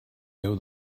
heu